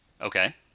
Okay